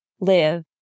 Live